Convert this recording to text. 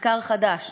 במחקר חדש